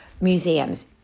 museums